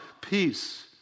peace